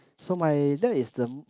so my dad is the